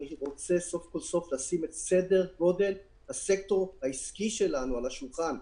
אני רוצה סוף כל סוף לשים את סדר הגודל של הסקטור העסקי שלנו על השולחן.